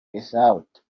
without